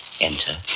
enter